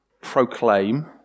proclaim